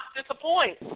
disappoint